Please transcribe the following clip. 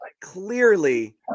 clearly